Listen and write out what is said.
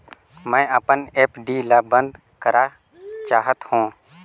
मैं अपन एफ.डी ल बंद करा चाहत हों